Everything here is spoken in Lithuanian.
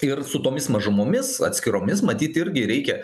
ir su tomis mažumomis atskiromis matyt irgi reikia